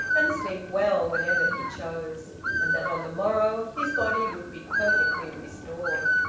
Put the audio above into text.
and sleep well, whenever he chose and that on the morrow his body would be perfectly restored.